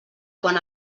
quan